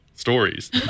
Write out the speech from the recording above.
stories